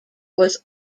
was